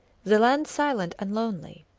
the land silent and lonely.